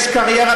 יש קריירה,